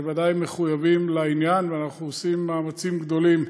ודאי מחויבים לעניין, ואנחנו עושים מאמצים גדולים.